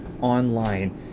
online